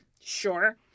sure